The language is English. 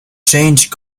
changed